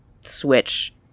Switch